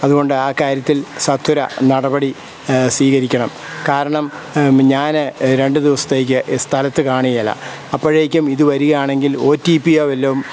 അതുകൊണ്ട് ആ കാര്യത്തിൽ സത്വര നടപടി സ്വീകരിക്കണം കാരണം ഞാൻ രണ്ട് ദിവസത്തേക്ക് ഈ സ്ഥലത്ത് കാണിയേല അപ്പോഴേക്കും ഇത് വരികയാണങ്കിൽ ഓ ടി പി യോ വല്ലതും